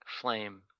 flame